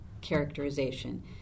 characterization